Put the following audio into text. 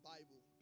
Bible